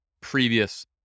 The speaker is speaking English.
previous